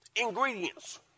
Ingredients